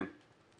כן.